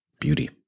beauty